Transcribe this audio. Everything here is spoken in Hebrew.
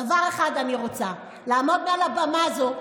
דבר אחד אני רוצה, לעמוד מעל הבמה הזו,